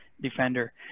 defender